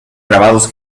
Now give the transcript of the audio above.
grabados